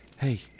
Hey